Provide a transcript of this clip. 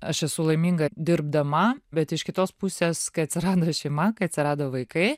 aš esu laiminga dirbdama bet iš kitos pusės kai atsirado šeima kai atsirado vaikai